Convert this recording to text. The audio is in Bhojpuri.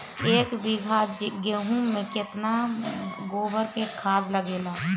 एक बीगहा गेहूं में केतना गोबर के खाद लागेला?